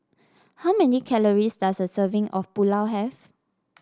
how many calories does a serving of Pulao have